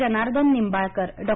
Janardan Nibalkar Dr